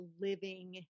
living